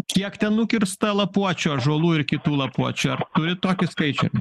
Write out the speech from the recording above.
kiek ten nukirsta lapuočių ąžuolų ir kitų lapuočių ar turit tokį skaičių